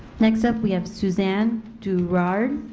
next up we have suzanne durard,